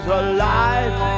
alive